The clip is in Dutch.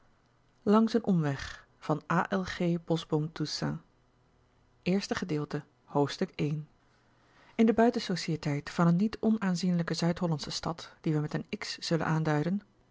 langs een omweg eerste gedeelte in de buiten sociëteit van eene niet onaanzienlijke zuid-hollandsche stad die wij met een x zullen aanduiden